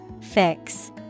Fix